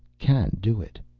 can do it.